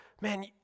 man